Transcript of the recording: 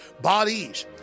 Bodies